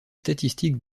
statistiques